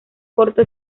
corto